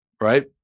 right